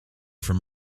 from